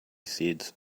seeds